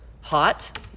hot